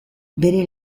bere